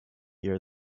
year